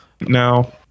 now